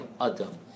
Adam